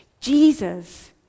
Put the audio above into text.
Jesus